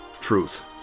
truth